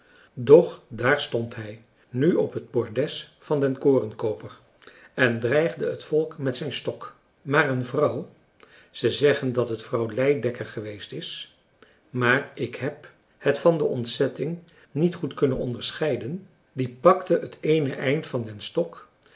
doch daar stond hij nu op het bordes van den korenkooper en dreigde het volk met zijn stok maar een vrouw ze zeggen dat het vrouw leidekker geweest is maar ik heb het van de ontzetting niet goed kunnen onderscheiden die pakte het eene eind van den stok